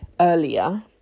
earlier